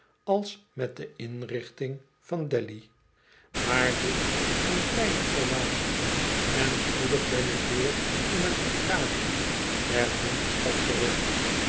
als met de inrichting van delhi maar dit zijn kleine oasen en spoedig ben ik weer in t arcadiö der hoofdstad terug